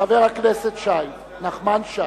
חבר הכנסת נחמן שי.